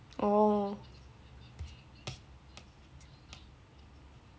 oh